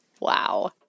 Wow